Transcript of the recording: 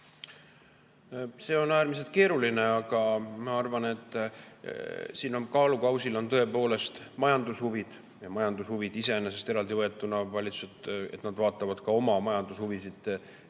See on äärmiselt keeruline, aga ma arvan, et siin on kaalukausil tõepoolest majandushuvid. Majandushuvid iseenesest eraldivõetuna, see, et valitsused arvestavad ka oma majandushuvisid